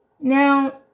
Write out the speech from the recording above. now